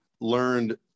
learned